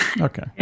okay